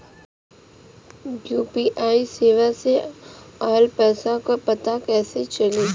UPI सेवा से ऑयल पैसा क पता कइसे चली?